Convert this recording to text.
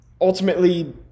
ultimately